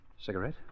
Cigarette